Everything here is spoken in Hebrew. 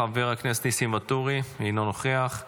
חבר הכנסת ניסים ואטורי, אינו נוכח.